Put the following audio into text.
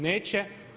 Neće.